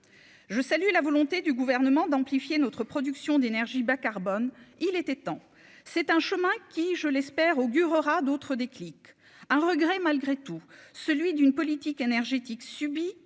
je salue la volonté du gouvernement d'amplifier notre production d'énergie bas-carbone Il était temps, c'est un chemin qui, je l'espère, augure aura d'autre déclic à regret malgré tout celui d'une politique énergétique subie